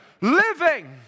living